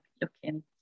looking